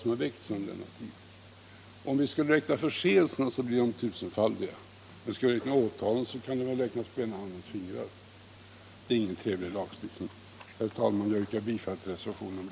Antalet förseelser — om vi nu skall räkna dem -— är helt säkert tusenfaldigt, men om vi ser till antalet åtal tror jag de kan räknas på ena handens fingrar. Det är ingen trevlig lagstiftning. Herr talman! Jag yrkar bifall till reservationen 10.